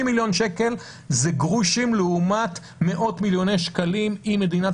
מיליון שקל זה גרושים לעומת מאות-מיליוני שקלים אם מדינת